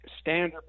standard